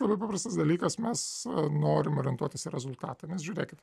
labai paprastas dalykas mes norim orientuotis į rezultatą nes žiūrėkit